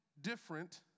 different